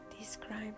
describe